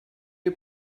you